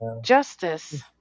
Justice